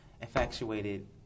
infatuated